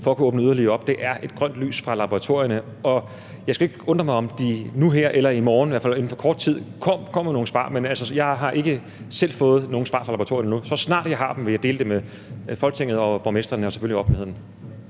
for at kunne åbne yderligere op, er grønt lys fra laboratorierne, og det skulle ikke undre mig, om de nu her eller i morgen – i hvert fald inden for kort tid – kommer med nogle svar. Men jeg har altså ikke selv fået nogen svar fra laboratorierne endnu. Så snart jeg har dem, vil jeg dele dem med Folketinget og borgmestrene og selvfølgelig offentligheden.